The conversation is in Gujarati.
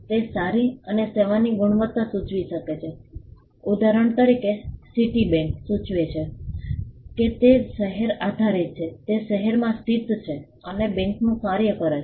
તે સારી અથવા સેવાની ગુણવત્તા સૂચવી શકે છે ઉદાહરણ તરીકે સિટીબેંક સૂચવે છે કે તે શહેર આધારિત છે તે શહેરમાં સ્થિત છે અને તે બેંકનું કાર્ય કરે છે